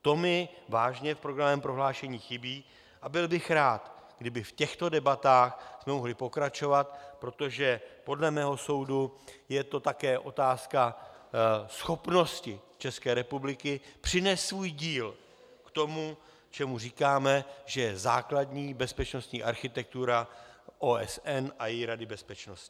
To mi vážně v programovém prohlášení chybí a byl bych rád, kdybychom v těchto debatách mohli pokračovat, protože podle mého soudu je to také otázka schopnosti České republiky přinést svůj díl k tomu, čemu říkáme, že je základní bezpečnostní architektura OSN a její Rady bezpečnosti.